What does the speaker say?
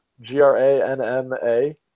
G-R-A-N-M-A